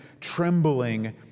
trembling